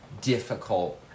difficult